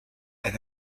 and